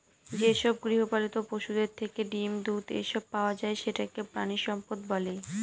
যেসব গৃহপালিত পশুদের থেকে ডিম, দুধ, এসব পাওয়া যায় সেটাকে প্রানীসম্পদ বলে